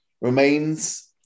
remains